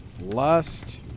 Lust